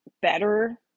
better